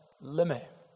limit